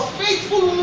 faithful